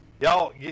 Y'all